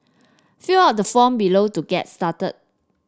fill out the form below to get started